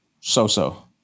so-so